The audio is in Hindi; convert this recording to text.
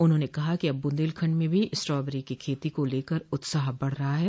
उन्होंने कहा कि अब ब्रन्देलखण्ड में भी स्ट्राबेरी की खेती को लेकर उत्साह बढ़ रहा है